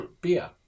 beer